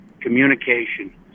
Communication